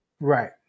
Right